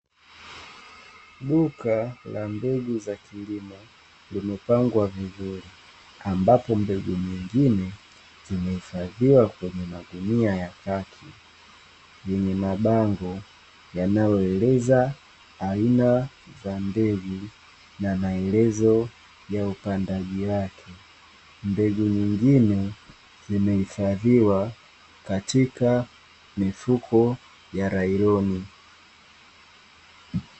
Duka la mbegu za kilimo limepangwa vizuri, ambapo mbegu nyingine zimehifadhiwa kwenye magunia ya khaki yenye mabango yanayoeleza aina za mbegu na maelezo ya upandaji wake. Mbegu nyingine zimehifadhiwa katika mifuko ya nailoni.